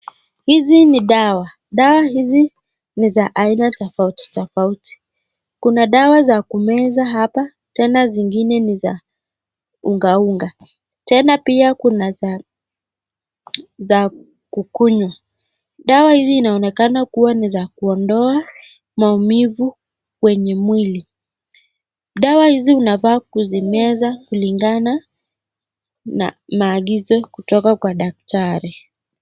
Hizi ni dawa, dawa hizi ni za aina tofauti tofauti. Kuna dawa za kumeza hapa, tena zingine ni za unga unga. Tena pia kuna dawa za kukunywa. Dawa hizi inaonekana kuwa ni za kuondoa maumivu kwenye mwili. Dawa hizi unafaa kuzimeza kulingana na maagizo kutoka kwa daktari.